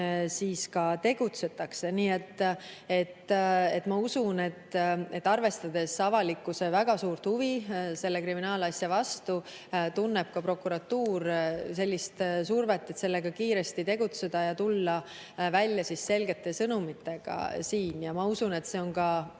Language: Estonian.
siis ka tegeletakse. Nii et ma usun, et arvestades avalikkuse väga suurt huvi selle kriminaalasja vastu, tunneb ka prokuratuur survet sellega kiiresti tegutseda ja tulla välja selgete sõnumitega. Ma usun, et see on ka